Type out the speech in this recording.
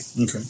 Okay